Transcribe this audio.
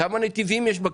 כמה נתיבים יש?